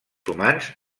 humans